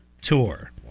tour